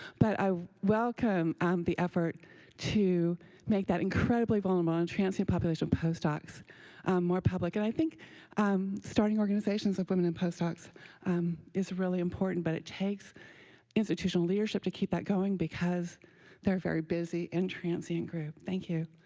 but i welcome um the effort to make that incredibly vulnerable and transient population of postdocs more public. and i think um starting organizations of women and postdocs is really important, but it takes institutional leadership to keep that going, because they're a very busy and transient group. thank you.